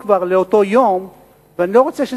כבר יש לי תוכניות לאותו יום,